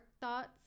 thoughts